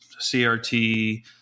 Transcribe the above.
CRT